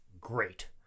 great